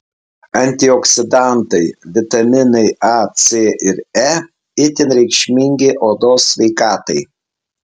antioksidantai vitaminai a c ir e itin reikšmingi odos sveikatai